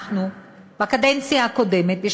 בקדנציה הקודמת אנחנו אישרנו,